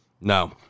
No